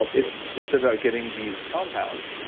like it's it's about getting these compounds.